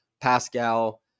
Pascal